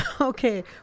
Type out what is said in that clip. Okay